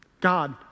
God